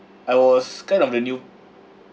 I was kind of the new